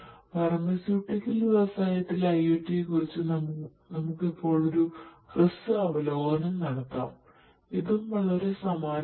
pharmaceutical വ്യവസായത്തിലെ ഐഒടിയെക്കുറിച്ച് നമുക്ക് ഇപ്പോൾ ഒരു ഹ്രസ്വ അവലോകനം നടത്താം ഇതും വളരെ സമാനമാണ്